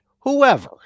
whoever